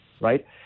right